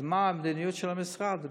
מה המדיניות של המשרד?